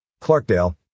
Clarkdale